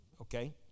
okay